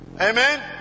Amen